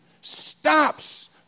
stops